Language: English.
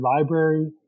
Library